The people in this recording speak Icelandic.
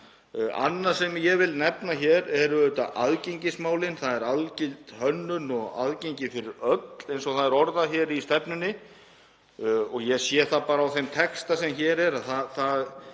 þessu. Annað sem ég vil nefna hér eru auðvitað aðgengismálin, þ.e. algild hönnun og aðgengi fyrir öll, eins og það er orðað hér í stefnunni. Ég sé það bara á þeim texta sem hér er að það